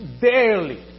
barely